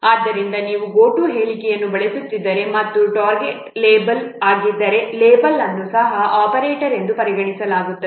ಆದ್ದರಿಂದ ನೀವು GOTO ಹೇಳಿಕೆಯನ್ನು ಬಳಸುತ್ತಿದ್ದರೆ ಮತ್ತು ಟಾರ್ಗೆಟ್ ಲೇಬಲ್ ಆಗಿದ್ದರೆ ಲೇಬಲ್ ಅನ್ನು ಸಹ ಆಪರೇಟರ್ ಎಂದು ಪರಿಗಣಿಸಲಾಗುತ್ತದೆ